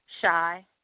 Shy